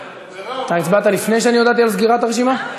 אתה הצבעת לפני שאני הודעתי על סגירת הרשימה?